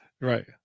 Right